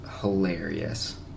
hilarious